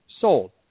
Sold